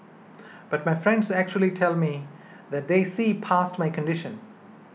but my friends actually tell me that they see past my condition